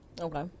Okay